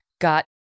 got